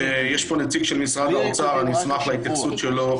יש פה נציג של משרד האוצר, אשמח להתייחסות שלו.